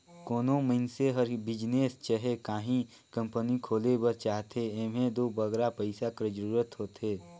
कोनो मइनसे हर बिजनेस चहे काहीं कंपनी खोले बर चाहथे एम्हें दो बगरा पइसा कर जरूरत होथे